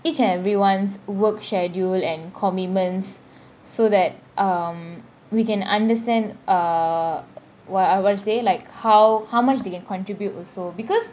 each everyone's work schedule and commitments so that um we can understand err what what I say like how how much they can contribute also because